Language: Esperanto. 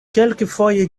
kelkfoje